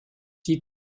die